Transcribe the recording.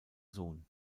sohn